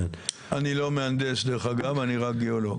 אני לא מהנדס, דרך אגב, אני רק גיאולוג.